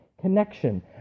connection